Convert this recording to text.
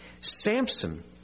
Samson